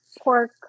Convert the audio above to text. Pork